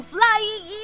Flying